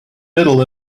middle